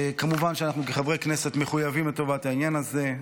כמובן שאנו כחברי הכנסת מחויבים לטובת העניין הזה,